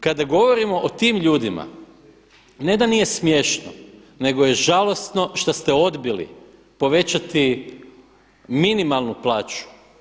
Kada govorimo o tim ljudima ne da nije smiješno, nego je žalosno šta ste odbili povećati minimalnu plaću.